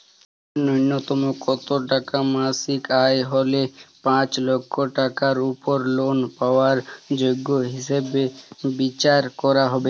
ন্যুনতম কত টাকা মাসিক আয় হলে পাঁচ লক্ষ টাকার উপর লোন পাওয়ার যোগ্য হিসেবে বিচার করা হবে?